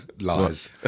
lies